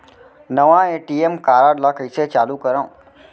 नवा ATM card ल कइसे चालू करव?